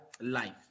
life